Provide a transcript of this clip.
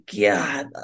God